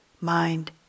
mind